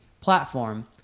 platform